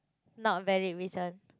not valid reason